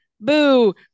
boo